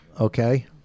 okay